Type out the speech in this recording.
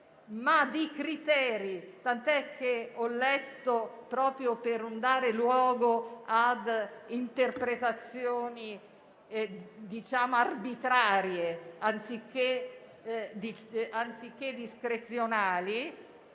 ma di criteri - tant'è che ho letto proprio per non dare luogo ad interpretazioni arbitrarie, anziché discrezionali